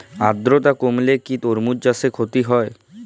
আদ্রর্তা কমলে কি তরমুজ চাষে ক্ষতি হয়?